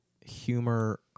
humor